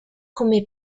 come